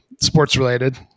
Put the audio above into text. sports-related